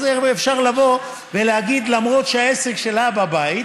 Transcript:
אז אפשר לבוא ולהגיד: למרות שהעסק שלה בבית,